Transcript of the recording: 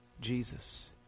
Jesus